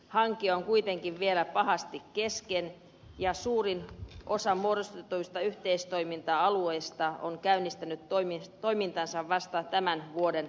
hanke on kuitenkin vielä pahasti kesken ja suurin osa muodostetuista yhteistoiminta alueista on käynnistänyt toimintansa vasta tämän vuoden alusta